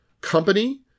company